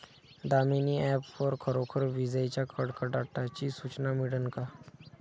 Damini app वर खरोखर विजाइच्या कडकडाटाची सूचना मिळन का?